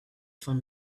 from